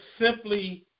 simply